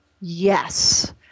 Yes